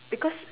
because